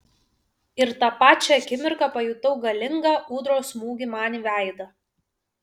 ir tą pačią akimirką pajutau galingą ūdros smūgį man į veidą